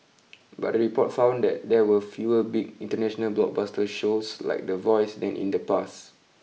but the report found that there were fewer big international blockbuster shows like the voice than in the past